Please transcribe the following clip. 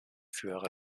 führen